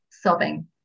sobbing